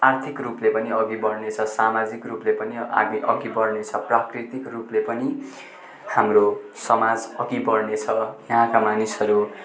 आर्थिकरूपले पनि अघि बढ्नेछ सामाजिकरूपले पनि आगे अघि बढ्नेछ प्राकृतिकरूपले पनि हाम्रो समाज अघि बढ्नेछ यहाँका मानिसहरू